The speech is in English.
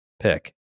pick